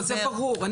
זה ברור.